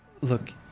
Look